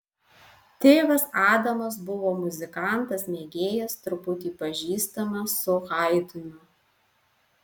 tėvas adamas buvo muzikantas mėgėjas truputį pažįstamas su haidnu